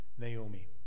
Naomi